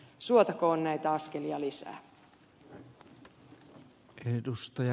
suotakoon näitä askelia lisää